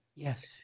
Yes